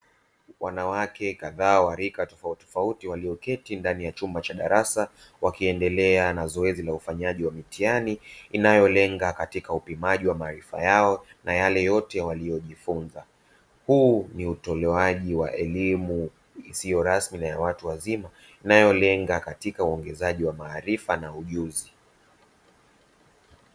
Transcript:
Wanawake kadhaa wa rika tofautitofauti walioketi ndani ya chumba cha darasa, wakiendelea na zoezi la ufanyaji wa mitihani inayo lenga katika upimaji wa maarifa yao na yale yote walio jifunza, huu ni utolewaji wa elimu isiyo rasmi na ya watu wazima inayo lenga katika uongezaji wa maarifa na ujuzi.